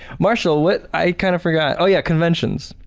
marshall what i kind of forgot. oh yeah, conventions.